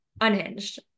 unhinged